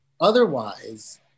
Otherwise